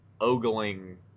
Ogling